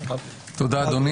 תודה, אדוני.